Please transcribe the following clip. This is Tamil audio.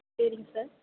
சரிங்க சார்